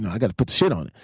and gotta put the shit on it.